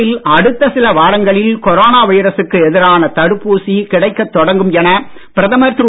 நாட்டில் அடுத்த சில வாரங்களில் கொரோனா வைரசுக்கு எதிரான தடுப்பூசி கிடைக்கத் தொடங்கும் என பிரதமர் திரு